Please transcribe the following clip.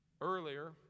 Earlier